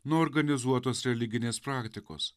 nuo organizuotos religinės praktikos